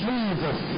Jesus